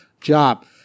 job